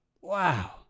Wow